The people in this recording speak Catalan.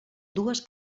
dues